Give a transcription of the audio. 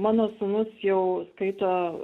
mano sūnus jau skaito